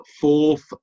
Fourth